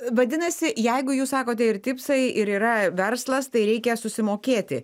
vadinasi jeigu jūs sakote ir tipsai ir yra verslas tai reikia susimokėti